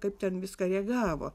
kaip ten viską jie gavo